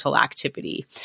activity